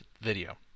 video